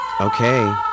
Okay